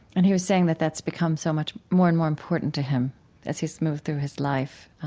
and he was saying that that's become so much more and more important to him as he's moved through his life.